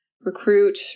recruit